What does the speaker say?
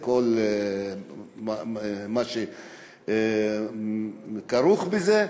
וכל מה שכרוך בזה.